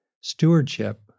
stewardship